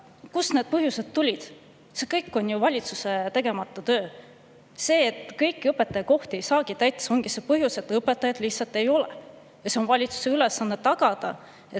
kust need põhjused tulid? Kõik on valitsuse tegemata töö. See, et kõiki õpetajakohti ei saa täis, ongi see põhjus. Õpetajaid lihtsalt ei ole. Ja see on valitsuse ülesanne tagada,